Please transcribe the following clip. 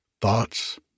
thoughts